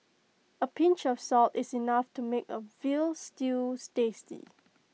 A pinch of salt is enough to make A Veal Stew tasty